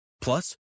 Plus